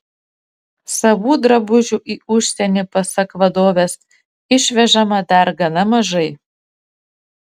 savų drabužių į užsienį pasak vadovės išvežama dar gana mažai